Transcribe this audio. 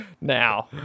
Now